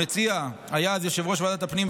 המציע היה אז יושב-ראש ועדת הפנים,